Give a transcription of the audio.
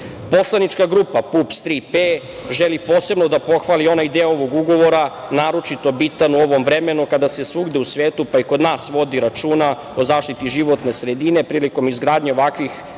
Alijevu. Poslanička grupa PUPS-3P želi posebno da pohvali onaj deo ovog ugovora naročito bitan u ovom vremenu kada se svuda u svetu, pa i kod nas, vodi računa o zaštiti životne sredine prilikom izgradnje ovako velikih